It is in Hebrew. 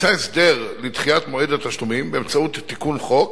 נמצא הסדר לדחיית מועד התשלומים באמצעות תיקון חוק